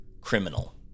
criminal